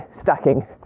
stacking